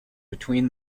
between